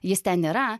jis ten yra